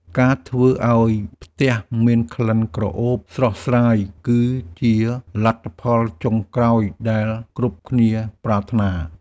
ការធ្វើឱ្យផ្ទះមានក្លិនក្រអូបស្រស់ស្រាយ គឺជាលទ្ធផលចុងក្រោយដែលគ្រប់គ្នាប្រាថ្នា។